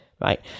right